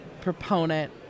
proponent